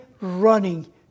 running